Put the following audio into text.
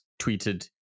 tweeted